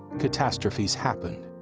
catastrophes happen.